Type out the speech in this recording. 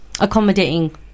accommodating